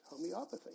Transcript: homeopathy